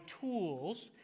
tools